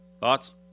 Thoughts